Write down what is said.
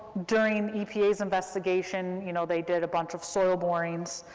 during epa's investigation, you know, they did a bunch of soil borings,